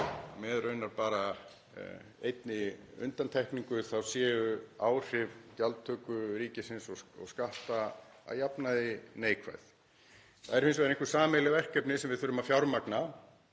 með raunar bara með einni undantekningu, að áhrif gjaldtöku ríkisins og skatta séu að jafnaði neikvæð. Það eru hins vegar einhver sameiginleg verkefni sem við þurfum að fjármagna.